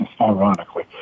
ironically